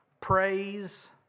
praise